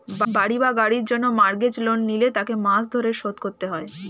বাড়ি বা গাড়ির জন্য মর্গেজ লোন নিলে তাকে মাস ধরে শোধ করতে হয়